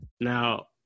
Now